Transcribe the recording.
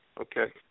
Okay